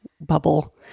bubble